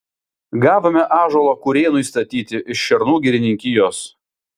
gavome ąžuolo kurėnui statyti iš šernų girininkijos